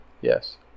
Yes